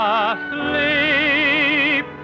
asleep